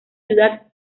ciudad